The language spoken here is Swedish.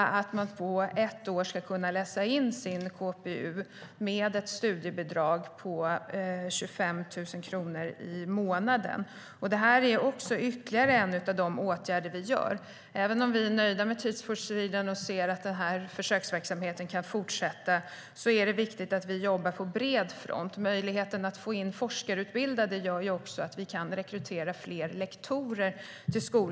Man ska på ett år kunna läsa in sin KPU med ett studiebidrag på 25 000 kronor i månaden. Detta är ytterligare en av de åtgärder vi vidtar. Även om vi är nöjda med Teach for Sweden och anser att försöksverksamheten kan fortsätta är det viktigt att vi jobbar på bred front. Möjligheten att få in forskarutbildade gör också att vi kan rekrytera fler lektorer till skolan.